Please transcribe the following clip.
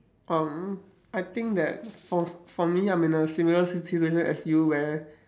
um I think that for for me I'm in a similar situation as you where